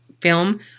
film